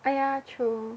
oh ya true